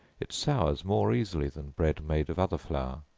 it sours more easily than bread made of other flour.